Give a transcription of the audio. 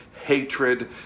hatred